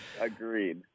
agreed